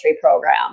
program